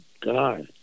God